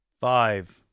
Five